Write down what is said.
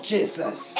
Jesus